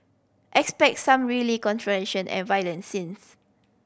expect some really controversial and violent scenes